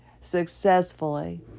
successfully